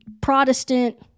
Protestant